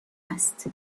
است